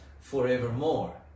forevermore